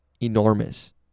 enormous